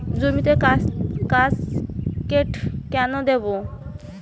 জমিতে কাসকেড কেন দেবো?